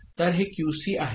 तर हे QC आहे